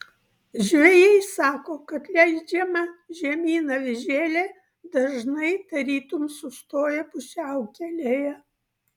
žvejai sako kad leidžiama žemyn avižėlė dažnai tarytum sustoja pusiaukelėje